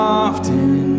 often